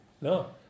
No